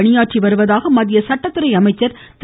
பணியாற்றி வருவதாக மத்திய சட்டத்துறை அமைச்சர் திரு